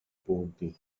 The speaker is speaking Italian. punti